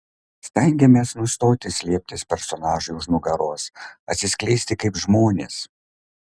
stengiamės nustoti slėptis personažui už nugaros atsiskleisti kaip žmonės